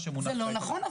אבל זה לא נכון,